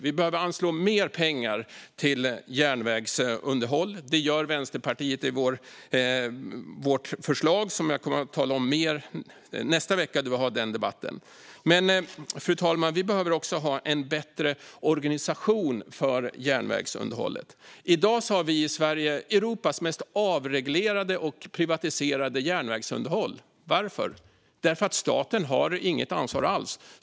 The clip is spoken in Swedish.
Vi behöver anslå mer pengar till järnvägsunderhåll. Det gör vi i Vänsterpartiets förslag, som jag kommer att tala mer om nästa vecka då vi har den debatten. Fru talman! Vi behöver också ha en bättre organisation för järnvägsunderhållet. I dag har Sverige Europas mest avreglerade och privatiserade järnvägsunderhåll. Varför? Därför att staten inte har något ansvar alls.